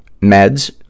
Meds